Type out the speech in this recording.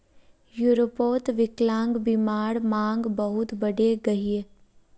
यूरोपोत विक्लान्ग्बीमार मांग बहुत बढ़े गहिये